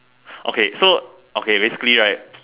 okay so okay basically right